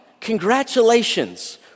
congratulations